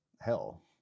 hell